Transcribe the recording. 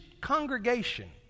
congregation